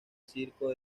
circo